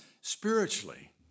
spiritually